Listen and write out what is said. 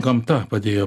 gamta padėjo